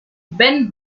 ben